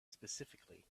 specifically